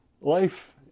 Life